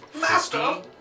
Master